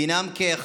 דינם אחד.